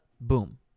boom